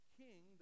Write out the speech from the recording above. king